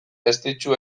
estitxu